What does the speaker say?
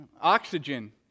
oxygen